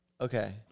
Okay